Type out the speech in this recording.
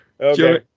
Okay